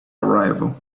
arrival